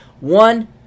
One